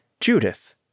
Judith